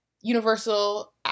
universal